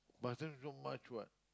Batam not much what